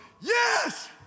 yes